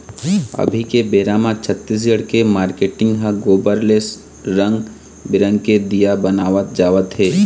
अभी के बेरा म छत्तीसगढ़ के मारकेटिंग ह गोबर ले रंग बिंरग के दीया बनवात जावत हे